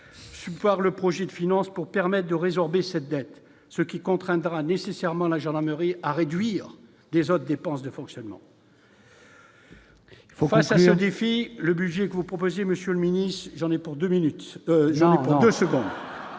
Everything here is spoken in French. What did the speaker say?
par le projet de finance pour permettent de résorber cette dette, ce qui contraindra nécessairement la gendarmerie à réduire les autres dépenses de fonctionnement. Enfin, c'est un défi, le budget que vous proposez, Monsieur le Ministre, j'en ai pour 2 minutes